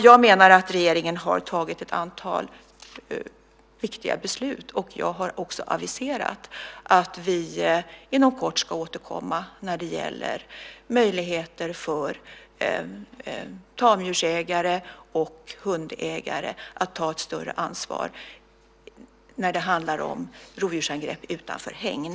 Jag menar att regeringen har tagit ett antal viktiga beslut. Jag har också aviserat att vi inom kort ska återkomma till möjligheten för tamdjursägare och hundägare att ta ett större ansvar när det handlar om rovdjursangrepp utanför hägn.